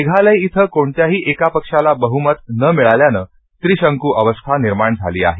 मेषालय इथं कोणत्याही एका पक्षाला बह्वमत नं मिळाल्यानं त्रिशंकू अवस्था निर्माण झाली आहे